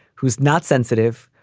who's not sensitive,